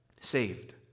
saved